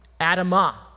Adama